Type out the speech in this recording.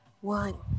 one